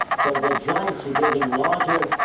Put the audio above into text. so the giants are getting larger,